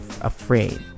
afraid